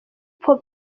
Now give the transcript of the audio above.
hop